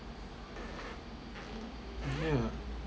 ya